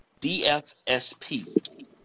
DFSP